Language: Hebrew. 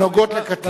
הנוגעות לקטין.